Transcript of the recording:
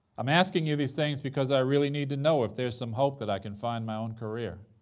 i'm asking you these things because i really need to know if there's some hope that i can find my own career.